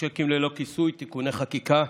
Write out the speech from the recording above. ושיקים ללא כיסוי (תיקוני חקיקה),